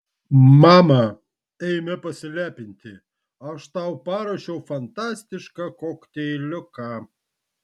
mama eime pasilepinti aš tau paruošiau fantastišką kokteiliuką